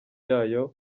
ryayo